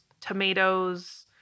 tomatoes